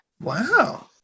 Wow